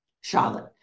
Charlotte